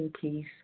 piece